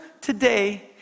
today